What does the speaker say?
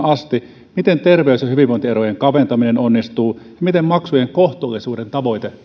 asti miten terveys ja hyvinvointierojen kaventaminen onnistuu ja miten maksujen kohtuullisuuden tavoite